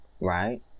Right